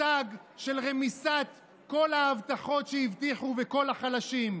מצג של רמיסת כל ההבטחות שהבטיחו לכל החלשים.